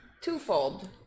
Twofold